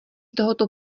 tohoto